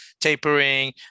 tapering